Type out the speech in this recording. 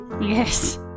Yes